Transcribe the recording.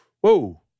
whoa